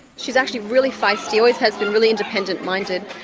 she's actually really feisty always has been really independent minded.